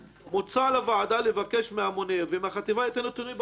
מוצע לוועדה לבקש מהממונה ומהחטיבה את הנתונים הבאים: